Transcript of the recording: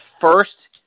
first